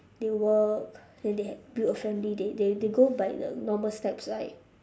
they work then they ha~ build a family they they they go by the normal steps like